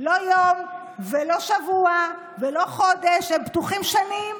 לא יום ולא שבוע ולא חודש, הם פתוחים שנים,